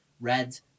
Reds